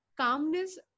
calmness